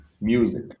music